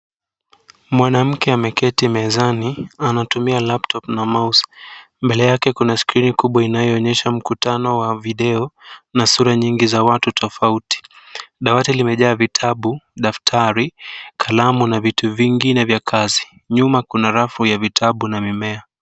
Mwanamke ameketi mezani anatumia laptop na mouse . Mbele yake kuna skrini kubwa inayoonyesha mkutano wa video na sura nyingi tofauti za watu. Dawati limejaa vitabu, daftari, kalamu na vitu vingine vya kazi. Nyuma kuna rafu ya vitabu na mimea.